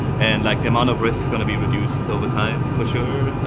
and like the amount of risk is going to be reduced over time, for sure.